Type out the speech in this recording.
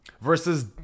versus